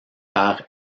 par